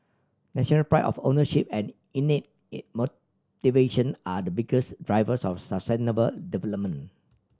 national pride of ownership and innate it motivation are the biggest drivers of sustainable